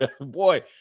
boy